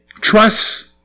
trust